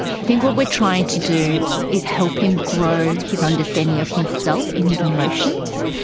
i think what we are trying to do is help him grow his understanding of himself and his emotions,